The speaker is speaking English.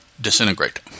disintegrate